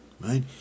right